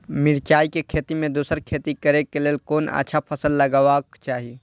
मिरचाई के खेती मे दोसर खेती करे क लेल कोन अच्छा फसल लगवाक चाहिँ?